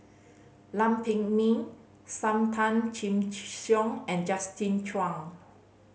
Lam Pin Min Sam Tan Chin Siong and Justin Chuang